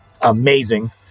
amazing